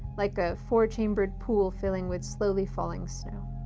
like a four-chambered pool filling with slowly falling snow.